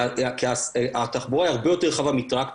כי התחבורה היא הרבה יותר רחבה מטרקטורים,